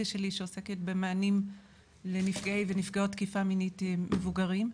שלי שעוסקת במענים לנפגעי ונפגעות תקיפה מינית למבוגרים,